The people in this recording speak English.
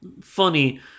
funny